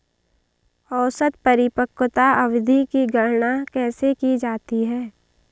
औसत परिपक्वता अवधि की गणना कैसे की जाती है?